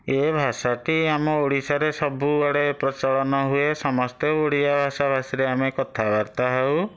ଏ ଭାଷାଟି ଆମ ଓଡ଼ିଶାରେ ସବୁଆଡ଼େ ପ୍ରଚଳନ ହୁଏ ସମସ୍ତେ ଓଡ଼ିଆ ଭାଷାଭାଷିରେ ଆମେ କଥାବାର୍ତ୍ତା ହେଉ